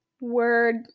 Word